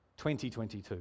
20.22